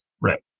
right